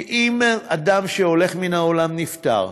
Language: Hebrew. כי אם אדם שהולך מן העולם, נפטר,